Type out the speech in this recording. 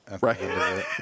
Right